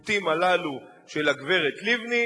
הציטוטים הללו של הגברת לבני,